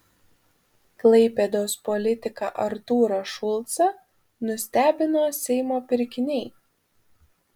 klaipėdos politiką artūrą šulcą nustebino seimo pirkiniai